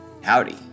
Howdy